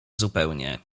zupełnie